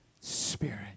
spirit